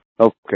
Okay